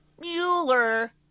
Mueller